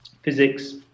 physics